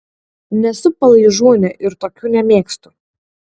nesu palaižūnė ir tokių nemėgstu